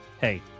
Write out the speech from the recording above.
hey